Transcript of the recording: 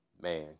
man